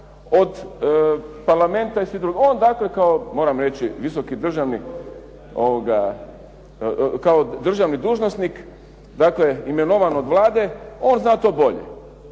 od Parlamenta i svih drugih. On dakle moram reći visoki državni dužnosnik, dakle imenovan od Vlade on zna to bolje.